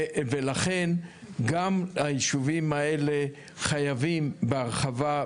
ולכן גם הישובים האלה חייבים בהרחבה,